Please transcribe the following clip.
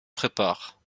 préparent